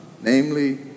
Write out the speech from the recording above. Namely